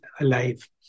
alive